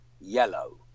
Yellow